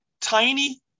Tiny